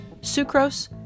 sucrose